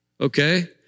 Okay